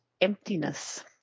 emptiness